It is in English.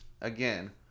again